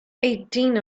eighteen